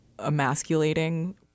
emasculating